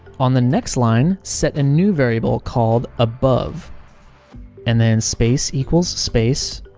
on the next line, set a new variable called above and then space, equals, space,